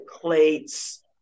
plates